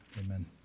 Amen